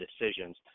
decisions